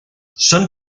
són